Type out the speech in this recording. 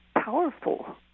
powerful